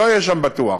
לא יהיה שם בטוח,